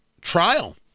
trial